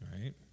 right